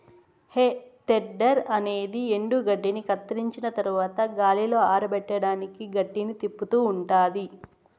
హే tedder అనేది ఎండుగడ్డిని కత్తిరించిన తరవాత గాలిలో ఆరపెట్టడానికి గడ్డిని తిప్పుతూ ఉంటాది